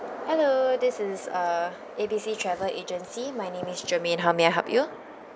hello this is uh A B C travel agency my name is germaine how may I help you